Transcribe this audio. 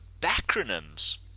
backronyms